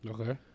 Okay